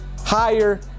higher